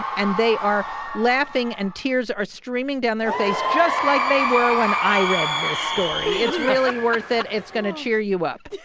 and they are laughing. and tears are streaming down their face, just like they were when i read this story. it's really worth it. it's going to cheer you up